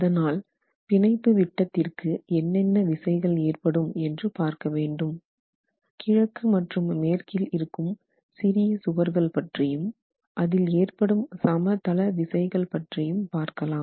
அதனால் பிணைப்பு விட்டத்திற்கு என்னென்ன விசைகள் ஏற்படும் என்று பார்க்க வேண்டும் கிழக்கு மற்றும் மேற்கில் இருக்கும் சிறிய சுவர்கள் பற்றியும் அதில் ஏற்படும் சமதள விசைகள் பற்றியும் பார்க்கலாம்